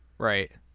Right